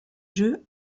jeux